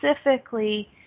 specifically